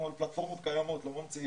אנחנו על פלטפורמות קיימות, לא ממציאים.